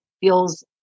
feels